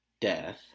death